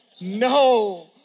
no